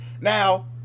Now